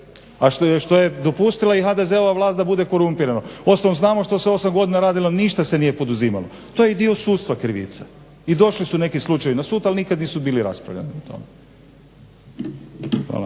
a što je dopustila i HDZ-ova vlast da bude korumpirano. Uostalom znamo što se osam godina radilo, ništa se nije poduzimalo. To je i dio sudstva krivice. I došli su neki slučajevi na sud, ali nikad nisu bili raspravljani o